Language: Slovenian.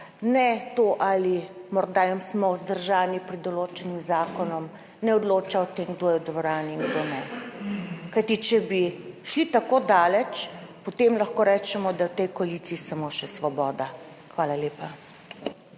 ne to ali morda smo vzdržani pred določenim zakonom, ne odloča o tem kdo je v dvorani in kdo ne. Kajti če bi šli tako daleč, potem lahko rečemo, da je v tej koaliciji samo še Svoboda.